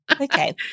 Okay